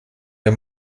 wir